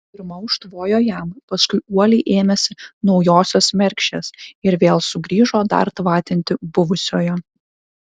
pirma užtvojo jam paskui uoliai ėmėsi naujosios mergšės ir vėl sugrįžo dar tvatinti buvusiojo